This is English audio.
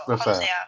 website ah